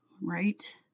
Right